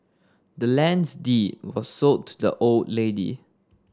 the land's deed was sold to the old lady